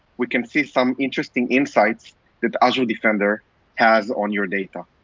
we can see some interesting insights that azure defender has on your data.